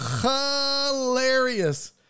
Hilarious